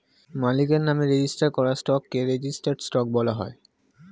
মালিকের নামে রেজিস্টার করা স্টককে রেজিস্টার্ড স্টক বলা হয়